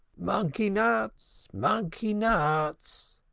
monkey-nuts! monkey-nuts!